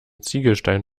ziegelstein